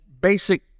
basic